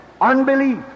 Unbelief